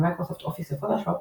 כמו מיקרוסופט אופיס ופוטושופ,